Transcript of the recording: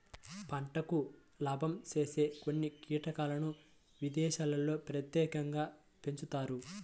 పంటకు లాభం చేసే కొన్ని కీటకాలను విదేశాల్లో ప్రత్యేకంగా పెంచుతారు